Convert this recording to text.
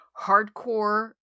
hardcore